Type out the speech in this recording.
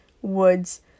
woods